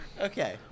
Okay